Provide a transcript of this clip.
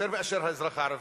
יותר מאשר לאזרח הערבי,